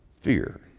fear